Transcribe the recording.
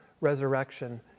resurrection